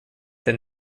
than